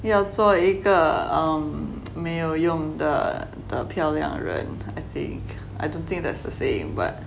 要做一个 um 没有用的漂亮人 I think I don't think there's the saying but